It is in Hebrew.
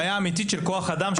בעיה אמיתית של כוח אדם,